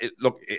look